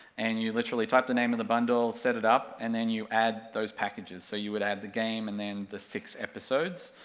and you literally type the name of the bundle, set it up, and then you add those packages, so you would add the game and then the six episodes,